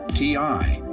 t i,